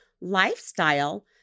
lifestyle